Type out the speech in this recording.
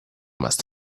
must